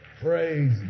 Praise